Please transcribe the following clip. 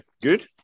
Good